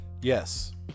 Yes